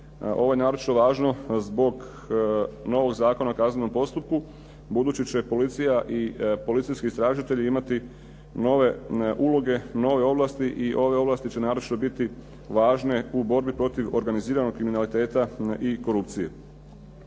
Ovo je naročito važno zbog novog Zakona o kaznenom postupku, budući će policija i policijski istražitelji imati nove uloge, nove ovlasti i ove ovlasti će naročito biti važne u borbi protiv organiziranog kriminaliteta i korupcije.